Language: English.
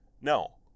no